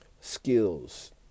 skills